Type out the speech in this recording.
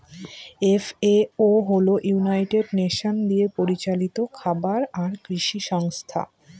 FAO হল United Nation দিয়ে পরিচালিত খাবার আর কৃষি সংস্থা